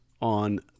on